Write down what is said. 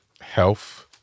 health